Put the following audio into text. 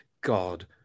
God